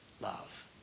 love